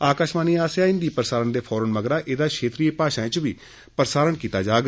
आकाशवाणी आसेआ हिंदी प्रसारण दे फौरन मगरा एह्दा क्षेत्रीय भाषाएं च बी प्रसारण कीता जाग